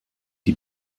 die